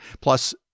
Plus